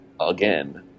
again